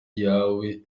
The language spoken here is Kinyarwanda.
yawe